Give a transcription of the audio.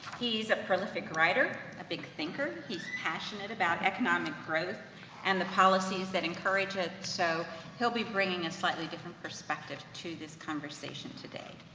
a prolific writer, a big thinker, he's passionate about economic growth and the policies that encourage it, so he'll be bringing a slightly different perspective to this conversation today.